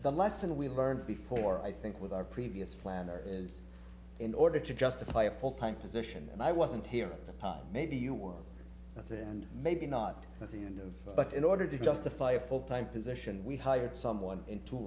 the lesson we learned before i think with our previous planner is in order to justify a full time position and i wasn't here maybe you were and maybe not but in order to justify a full time position we hired someone into